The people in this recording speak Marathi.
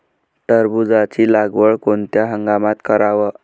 टरबूजाची लागवड कोनत्या हंगामात कराव?